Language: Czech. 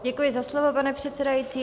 Děkuji za slovo, pane předsedající.